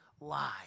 lie